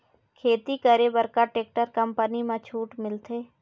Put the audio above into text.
खेती करे बर का टेक्टर कंपनी म छूट मिलथे?